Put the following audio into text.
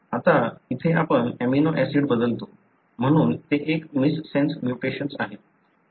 आता येथे आपण अमिनो ऍसिड बदलतो म्हणून ते एक मिससेन्स म्युटेशन्स आहे